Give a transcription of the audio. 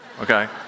okay